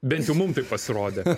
bent jau mum taip pasirodė